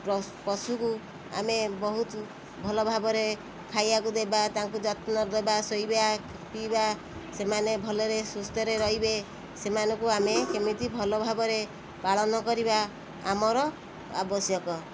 ପଶୁକୁ ଆମେ ବହୁତ ଭଲ ଭାବରେ ଖାଇବାକୁ ଦେବା ତାଙ୍କୁ ଯତ୍ନ ଦେବା ଶୋଇବା ପିଇବା ସେମାନେ ଭଲରେ ସୁସ୍ଥରେ ରହିବେ ସେମାନଙ୍କୁ ଆମେ କେମିତି ଭଲ ଭାବରେ ପାଳନ କରିବା ଆମର ଆବଶ୍ୟକ